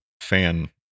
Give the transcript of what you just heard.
fan